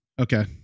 Okay